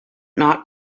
not